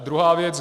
Druhá věc.